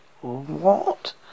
What